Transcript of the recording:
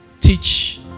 teach